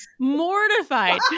mortified